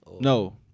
No